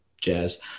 jazz